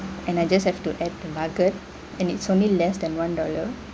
and I just have to add the nugget and it's only less than one dollar